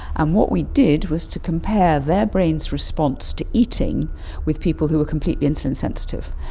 and what we did was to compare their brain's response to eating with people who were completely insulin sensitive.